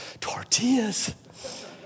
tortillas